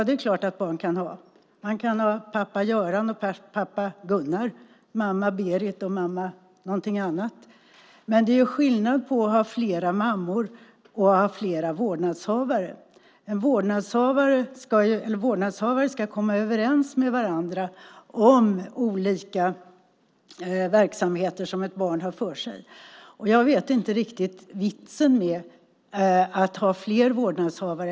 Det är klart att barn kan ha det. Man kan ha pappa Göran och pappa Gunnar, mamma Berit och mamma någonting annat. Men det är skillnad mellan att ha flera mammor och att ha flera vårdnadshavare. Vårdnadshavare ska komma överens med varandra om olika verksamheter som ett barn har för sig. Jag vet inte riktigt vitsen med att ha flera vårdnadshavare.